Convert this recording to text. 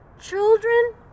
Children